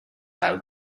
out